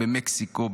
במקסיקו,